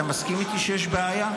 אתה מסכים איתי שיש בעיה?